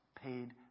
paid